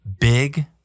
big